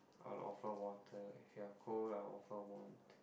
I'll offer water if you're cold I'll offer warmth